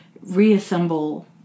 reassemble